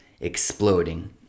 exploding